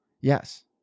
Yes